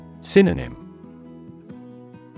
Synonym